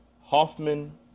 Hoffman